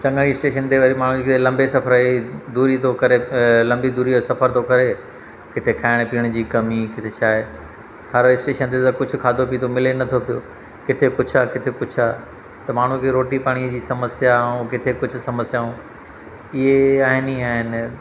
चङा ई स्टेशन ते माण्हुनि खे लंबे सफ़र ऐं दूरी थो करे अ लंबी दूरीअ ओ सफ़र थो करे किथे खाइण पीअण जी कमी किथे छा आहे हर स्टेशन ते त कुझु खाधो पीतो मिले न थो पियो किथे कुझु आहे किथे कुझु आहे त माण्हुनि खे रोटी पाणी जी समस्या ऐं किथे कुझु समस्याऊं इहे आहिनि ई आहिनि